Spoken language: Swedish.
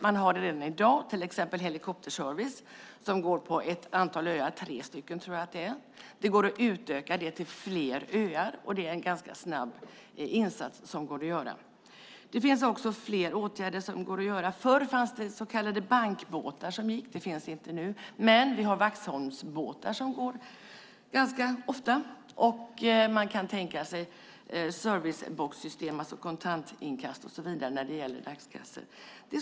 En del finns redan i dag, till exempel helikopterservice till ett antal öar - jag tror att det är tre öar - och det kan utökas till fler öar. Det är en insats som kan göras ganska snabbt. Förr fanns det så kallade bankbåtar som gick. De finns inte nu, men vi har Vaxholmsbåtar som går ganska ofta. Man kan tänka sig serviceboxsystem, alltså kontantinkast och så vidare, när det gäller dagskassor.